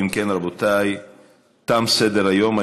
12 בעד, אפס מתנגדים, אפס נמנעים.